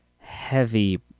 heavy